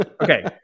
Okay